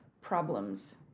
problems